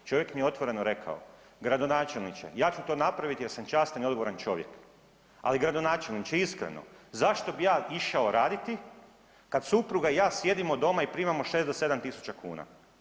Čovjek mi je otvoreno rekao, gradonačelniče ja ću to napraviti jer sam častan i odgovoran čovjek, ali gradonačelniče iskreno, zašto bi ja išao raditi, kad supruga i ja sjedimo doma i primamo 6 do 7.000 kuna.